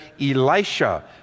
Elisha